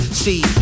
see